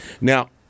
Now